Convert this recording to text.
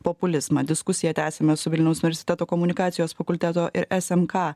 populizmą diskusiją tęsime su vilniaus universiteto komunikacijos fakulteto ir smk